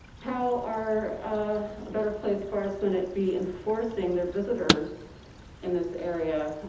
how are better place forest gonna be enforcing their visitors in this area